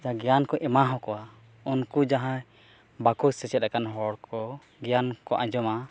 ᱡᱟ ᱜᱮᱭᱟᱱ ᱠᱚ ᱮᱢᱟᱦᱟᱠᱚᱣᱟ ᱩᱱᱠᱩ ᱡᱟᱦᱟᱭ ᱵᱟᱠᱚ ᱥᱮᱪᱮᱫ ᱟᱠᱟᱱ ᱦᱚᱲ ᱠᱚ ᱜᱮᱭᱟᱱ ᱠᱚ ᱟᱸᱡᱚᱢᱟ